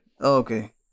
okay